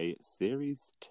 Series